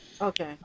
Okay